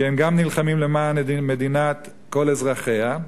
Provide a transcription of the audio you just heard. כי הם גם נלחמים למען מדינת כל אזרחיה,